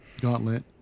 Gauntlet